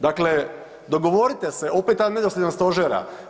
Dakle, dogovorite se, opet ta nedosljednost stožera.